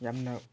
ꯌꯥꯝꯅ